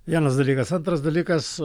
vienas dalykas antras dalykas